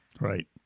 right